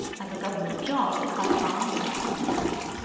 as a government job is by far less intense.